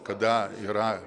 kada yra